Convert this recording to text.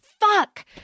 fuck